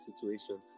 situation